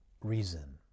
reason